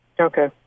Okay